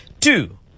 two